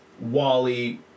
Wally